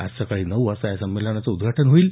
आज सकाळी नऊ वाजता या संमेलनाचं उद्घाटन होईल